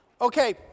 Okay